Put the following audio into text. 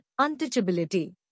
untouchability